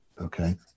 okay